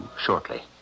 shortly